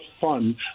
fun